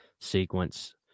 sequence